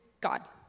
God